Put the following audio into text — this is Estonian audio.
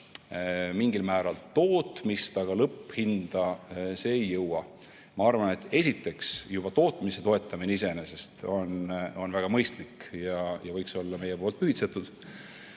mingil määral tootmist, aga lõpphinda see ei jõua. Ma arvan, et esiteks juba tootmise toetamine on iseenesest väga mõistlik. Võiks olla meie poolt pühitsetud,